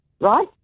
Right